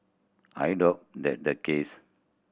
I doubt that the case